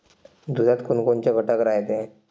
दुधात कोनकोनचे घटक रायते?